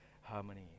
harmony